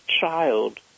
child